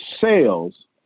sales